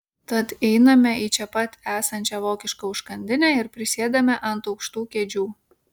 tad einame į čia pat esančią vokišką užkandinę ir prisėdame ant aukštų kėdžių